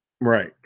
Right